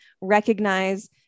recognize